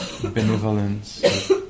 benevolence